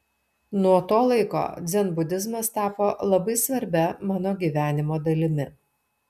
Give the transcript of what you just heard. nuo to laiko dzenbudizmas tapo labai svarbia mano gyvenimo dalimi